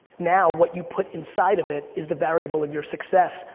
now, what you put inside of it is the variable of your success,